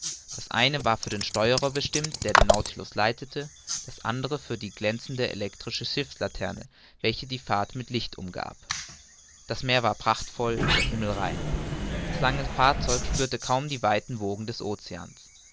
das eine war für den steuerer bestimmt der den nautilus leitete das andere für die glänzende elektrische schiffslaterne welche die fahrt mit licht umgab das meer war prachtvoll der himmel rein das lange fahrzeug spürte kaum die weiten wogen des oceans